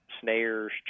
snares